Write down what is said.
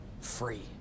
free